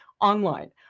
online